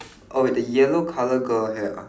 oh the yellow colour girl hair ah